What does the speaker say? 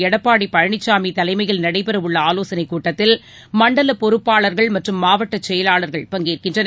எடப்பாடி பழனிசாமி தலைமையில் நடைபெறவுள்ள ஆலோசனைக் கூட்டத்தில் மண்டல பொறுப்பாளர்கள் மற்றும் மாவட்டச் செயலாளர்கள் பங்கேற்கின்றனர்